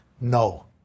no